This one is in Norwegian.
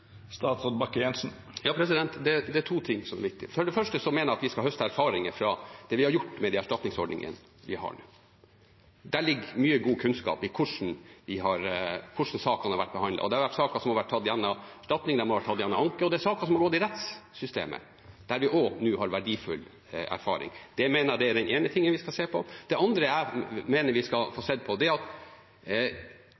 høste erfaringer fra de erstatningsordningene vi har nå. Det ligger mye god kunnskap i hvordan sakene har vært behandlet. Det har vært saker som har vært tatt gjennom erstatning, de har vært tatt gjennom anke, og det har vært saker som har gått i rettssystemet – der vi nå også har verdifull erfaring. Det mener jeg er den ene tingen vi skal se på. Det andre jeg mener vi skal få